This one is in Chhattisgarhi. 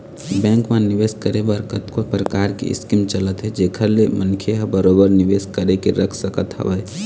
बेंक म निवेस करे बर कतको परकार के स्कीम चलत हे जेखर ले मनखे ह बरोबर निवेश करके रख सकत हवय